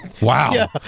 Wow